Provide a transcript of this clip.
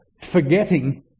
forgetting